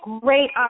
great